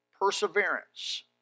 perseverance